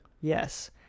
Yes